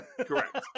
Correct